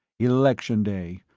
election day,